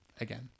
Again